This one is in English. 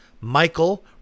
Michael